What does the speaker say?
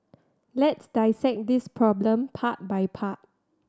let's dissect this problem part by part